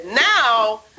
Now